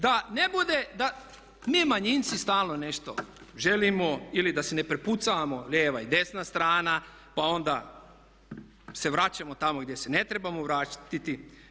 Da ne bude, da mi manjinci stalno nešto želimo ili da se ne prepucavamo lijeva i desna strana, pa onda se vraćamo tamo gdje se ne trebamo vratiti.